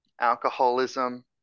Alcoholism